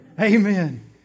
Amen